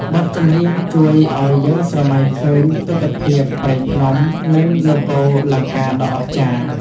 បទចម្រៀងជួយឱ្យយើងស្រមៃឃើញទិដ្ឋភាពព្រៃភ្នំ និងនគរលង្កាដ៏អស្ចារ្យ។